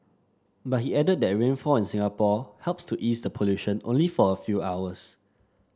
but he added that rainfall in Singapore helps to ease the pollution only for a few hours